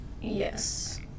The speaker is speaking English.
Yes